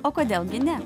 o kodėl gi ne